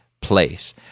place